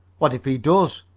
what if he does?